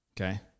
Okay